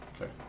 Okay